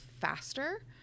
faster